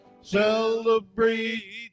Celebrate